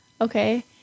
Okay